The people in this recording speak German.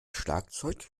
schlagzeug